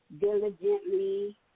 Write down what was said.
diligently